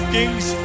Kings